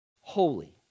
Holy